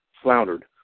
floundered